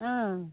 ᱚ